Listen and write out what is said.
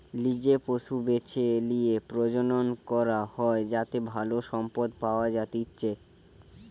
লিজে পশু বেছে লিয়ে প্রজনন করা হয় যাতে ভালো সম্পদ পাওয়া যাতিচ্চে